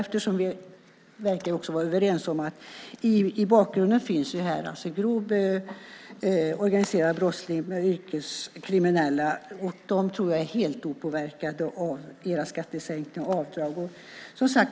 Men vi verkar vara överens om att i bakgrunden finns en grov organiserad brottslighet med yrkeskriminella. Dessa är, tror jag, helt opåverkade av era skattesänkningar och avdrag.